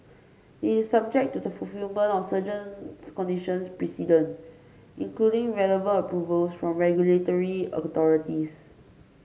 it is subject to the fulfilment of conditions precedent including relevant approvals from regulatory authorities